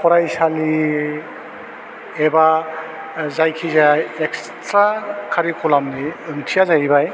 फरायसालि एबा जायखिजाया इक्सथ्रा कारिकुलामनि ओंथिया जाहैबाय